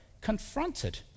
confronted